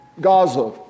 Gaza